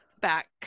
back